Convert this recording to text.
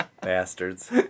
Bastards